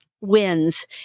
wins